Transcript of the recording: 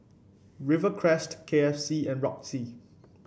Rivercrest K F C and Roxy